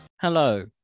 Hello